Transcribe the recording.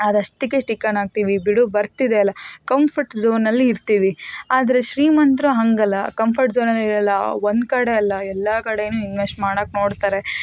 ಅದಷ್ಟಕ್ಕೆ stick on ಆಗ್ತೀವಿ ಬಿಡು ಬರ್ತಿದೆಯಲ್ಲಾ ಕಂಫರ್ಟ್ ಝೋನಲ್ಲಿ ಇರ್ತೀವಿ ಆದರೆ ಶ್ರೀಮಂತರು ಹಾಗಲ್ಲ ಕಂಫರ್ಟ್ ಝೋನಲ್ಲಿರಲ್ಲ ಒಂದು ಕಡೆ ಅಲ್ಲ ಎಲ್ಲ ಕಡೆಯೂ ಇನ್ವೆಸ್ಟ್ ಮಾಡೋಕ್ಕೆ ನೋಡ್ತಾರೆ